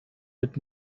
mit